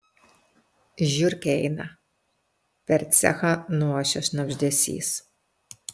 žiurkė eina per cechą nuošia šnabždesys